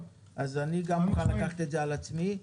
אני מוכן לקחת את זה על עצמי.